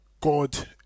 God